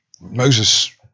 Moses